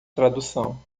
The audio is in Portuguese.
tradução